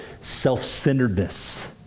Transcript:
self-centeredness